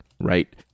Right